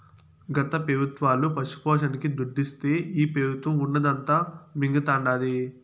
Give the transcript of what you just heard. గత పెబుత్వాలు పశుపోషణకి దుడ్డిస్తే ఈ పెబుత్వం ఉన్నదంతా మింగతండాది